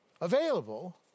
available